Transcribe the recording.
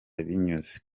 binyuze